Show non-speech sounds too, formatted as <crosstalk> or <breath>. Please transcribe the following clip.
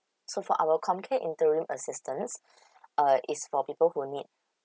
so for our comcare interim assistance <breath> is uh for people who need